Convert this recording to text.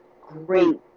great